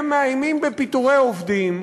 הם מאיימים בפיטורי עובדים,